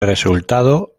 resultado